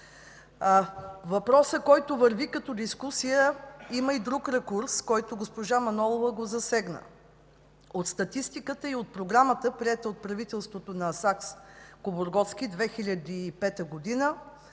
Въпросът, който върви като дискусия, има и друг ракурс, който госпожа Манолова засегна. От статистиката и от Програмата, приета от правителството на Сакскобургготски през 2005 г.,